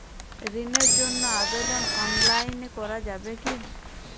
ঋণের জন্য আবেদন অনলাইনে করা যাবে কি?